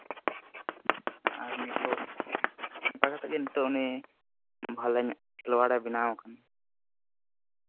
ᱟᱨ ᱱᱤᱛᱚᱜ ᱚᱱᱠᱟ ᱠᱟᱛᱮᱜ ᱜᱮ ᱱᱤᱛᱚᱜ ᱩᱱᱤ ᱵᱷᱟᱞᱮ ᱠᱷᱮᱞᱳᱣᱟᱲ ᱮ ᱵᱮᱱᱟᱣ ᱠᱟᱱᱟ